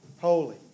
holy